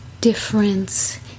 difference